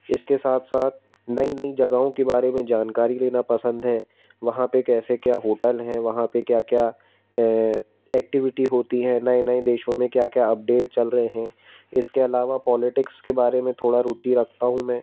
इसके साथ साथ नई नई जगहों के बारे में जानकारी लेना पसंद है वहाँ पर कैसे क्या होटल है वहाँ पर क्या क्या एक्टिविटी होती है नए नए देशों में क्या क्या अपडेट चल रहे हैं इसके अलावा पोलिटिक्स के बारे में थोड़ा रुचि रखता हूँ मैं